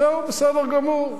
זהו, בסדר גמור.